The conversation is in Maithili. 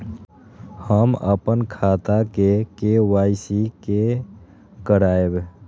हम अपन खाता के के.वाई.सी के करायब?